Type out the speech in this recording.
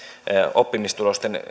oppimistulosten